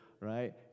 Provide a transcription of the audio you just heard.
right